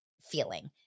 feeling